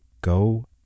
Go